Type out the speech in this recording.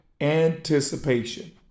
anticipation